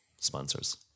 sponsors